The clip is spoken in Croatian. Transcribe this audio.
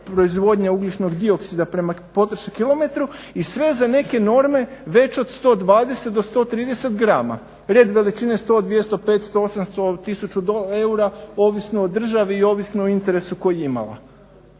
proizvodnje ugljičnog dioksida prema potrošnom kilometru i sve za neke norme već od 120 do 130 grama. Red veličine 100, 200, 500, 800, 1000 eura ovisno o državi i ovisno o interesu koji je imala.